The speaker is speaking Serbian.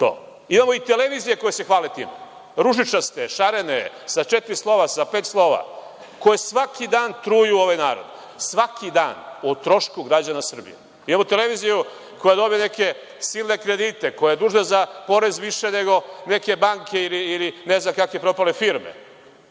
to. Imamo i televizije koje se hvale time, ružičaste, šarene, sa četiri slova, sa pet slova, koje svaki dan truju ovaj narod, svaki dan, o trošku građana Srbije. Imamo televiziju koja je dobila neke silne kredite, koja je dužna za porez više nego neke banke ili ne znam kakve propale firme,